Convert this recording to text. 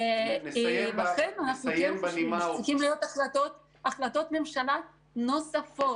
לכן אנחנו כן חושבים שצריכות להיות החלטות ממשלה נוספות.